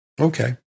Okay